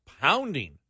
pounding